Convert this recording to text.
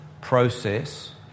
process